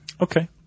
Okay